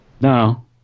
No